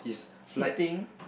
sitting